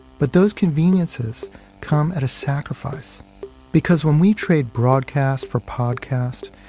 but those conveniences come at a sacrifice because when we trade broadcast for podcast,